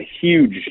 huge